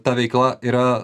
ta veikla yra